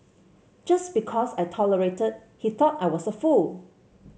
just because I tolerated he thought I was a fool